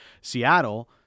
Seattle